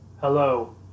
hello